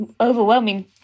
overwhelming